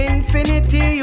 Infinity